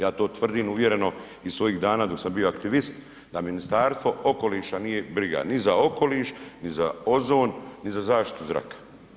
Ja to tvrdim uvjereno iz svojih dana dok sam bio aktivist da Ministarstvo okoliša nije briga ni za okoliš, ni za ozon, ni za zaštitu zraka.